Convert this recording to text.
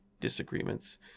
disagreements